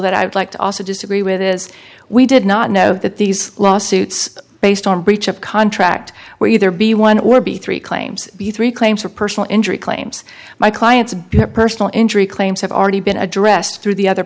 that i would like to also disagree with is we did not know that these lawsuits based on breach of contract where you there be one or be three claims be three claims for personal injury claims my clients because personal injury claims have already been addressed through the other